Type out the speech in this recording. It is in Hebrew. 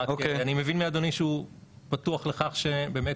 אני מבין מאדוני שהוא בטוח לכך שבאמת